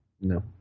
No